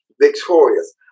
victorious